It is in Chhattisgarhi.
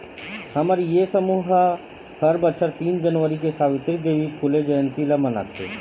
हमर ये समूह ह हर बछर तीन जनवरी के सवित्री देवी फूले जंयती ल मनाथे